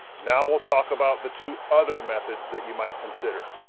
now we'll talk about the two other methods that you might consider